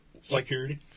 security